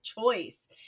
choice